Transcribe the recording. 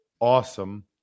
Awesome